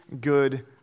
good